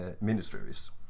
ministries